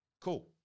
cool